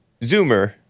zoomer